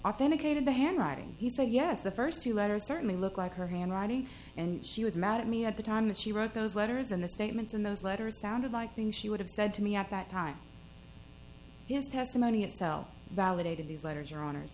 authenticated the handwriting he said yes the first two letters certainly look like her handwriting and she was mad at me at the time that she wrote those letters and the statements in those letters sounded like things she would have said to me at that time his testimony itself validated these letters or honors